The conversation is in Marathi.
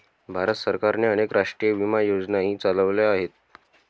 भारत सरकारने अनेक राष्ट्रीय विमा योजनाही चालवल्या आहेत